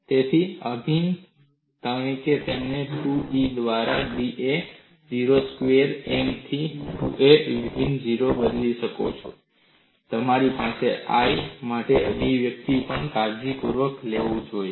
તેથી અભિન્ન તમે તેને 2EI દ્વારા daમાં 0 સ્ક્વેર્ M થી 2 માં અભિન્ન 0 તરીકે બદલો અને તમારે I માટે આ અભિવ્યક્તિ પણ કાળજીપૂર્વક લખવી જોઈએ